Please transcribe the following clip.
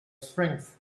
strengths